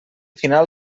final